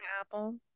apple